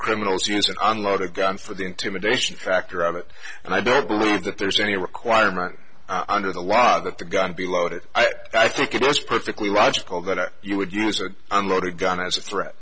criminals use that unloaded gun for the intimidation factor of it and i don't believe that there's any requirement under the law that the gun be loaded i think it is perfectly logical that you would use an unloaded gun as a threat